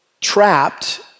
trapped